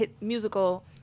musical